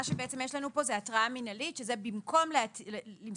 יש לנו כאן התראה מינהלית שזה במקום למסור